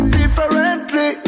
differently